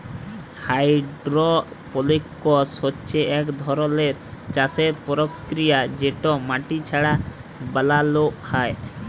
hydroponics হছে ইক ধরলের চাষের পরকিরিয়া যেট মাটি ছাড়া বালালো হ্যয়